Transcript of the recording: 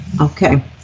Okay